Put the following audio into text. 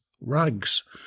Rags